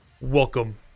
Welcome